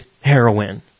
heroin